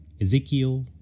Ezekiel